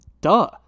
duh